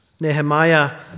Nehemiah